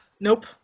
nope